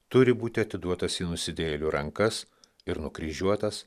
turi būti atiduotas į nusidėjėlių rankas ir nukryžiuotas